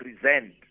present